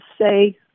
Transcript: say